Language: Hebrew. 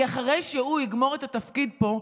כי אחרי שהוא יגמור את התפקיד פה,